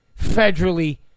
federally